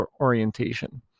orientation